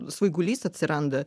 svaigulys atsiranda